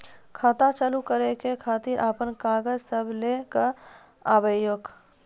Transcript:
खाता चालू करै खातिर आपन कागज सब लै कऽ आबयोक?